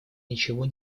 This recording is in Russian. ничего